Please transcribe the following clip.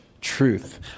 truth